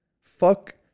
Fuck